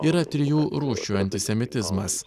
yra trijų rūšių antisemitizmas